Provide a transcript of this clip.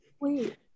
Wait